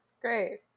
Great